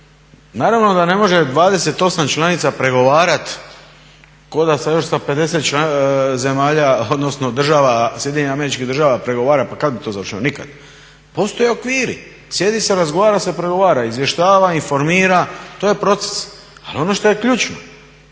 Naravno da ne može 28 članica pregovarati kao da još sa 50 zemalja, odnosno država, Sjedinjenih Američkih Država pregovora. Pa kada bi to završilo? Nikad. Postoje okviri, sjedi se, razgovara se, pregovara, izvještava, informira. To je proces. Ali ono što je ključno,